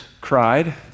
cried